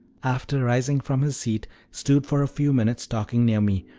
after rising from his seat, stood for a few minutes talking near me,